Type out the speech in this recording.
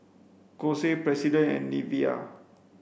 Kose President and Nivea